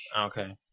Okay